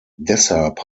deshalb